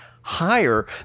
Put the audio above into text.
higher